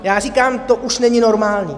Já říkám, to už není normální.